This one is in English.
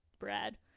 brad